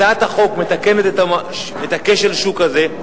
הצעת החוק מתקנת את כשל השוק הזה,